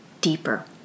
deeper